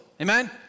Amen